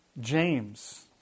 James